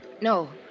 No